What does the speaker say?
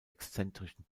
exzentrischen